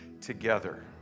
together